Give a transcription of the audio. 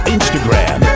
Instagram